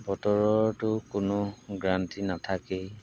বতৰৰতো কোনো গ্ৰান্টি নাথাকেই